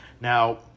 Now